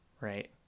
right